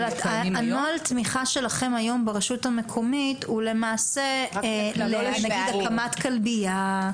אבל נוהל התמיכה שלכם היום ברשות המקומית הוא נגיד להקמת כלבייה,